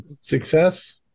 Success